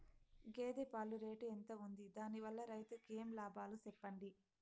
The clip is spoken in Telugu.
గేదె పాలు రేటు ఎంత వుంది? దాని వల్ల రైతుకు ఏమేం లాభాలు సెప్పండి?